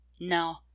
No